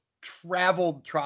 traveled